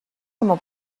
como